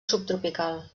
subtropical